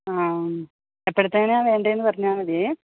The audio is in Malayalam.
ആം എപ്പോഴത്തേക്കാണ് വേണ്ടതെന്ന് പറഞ്ഞാൽ മതി